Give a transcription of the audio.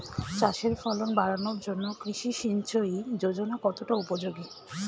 চাষের ফলন বাড়ানোর জন্য কৃষি সিঞ্চয়ী যোজনা কতটা উপযোগী?